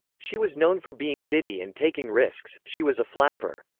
she was known for being giddy and taking risks she was a flapper.